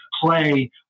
play